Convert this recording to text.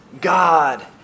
God